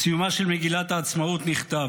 בסיומה של מגילת העצמאות נכתב: